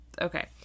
Okay